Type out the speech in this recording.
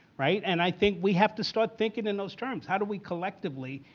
right? and i think we have to start thinking in those terms. how do we collectively,